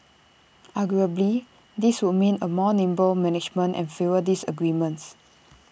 arguably this would mean A more nimble management and fewer disagreements